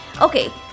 Okay